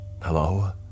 Hello